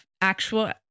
actual